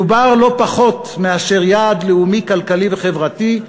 מדובר לא פחות מאשר ביעד לאומי כלכלי וחברתי,